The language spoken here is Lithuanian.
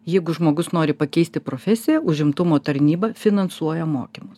jeigu žmogus nori pakeisti profesiją užimtumo tarnyba finansuoja mokymus